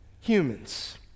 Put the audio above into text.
humans